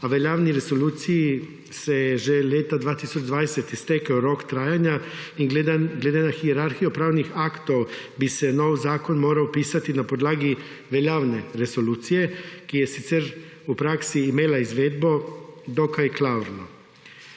a veljavni resoluciji se je že leta 2020 iztekel rok trajanja. In glede na hierarhijo pravnih aktov bi se novi zakon moral pisati na podlagi veljavne resolucije, ki je sicer v praksi imela izvedbo dokaj klavrno.